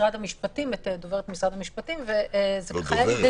משרד המשפטים הלך עם זה בסופו של